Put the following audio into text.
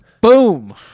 boom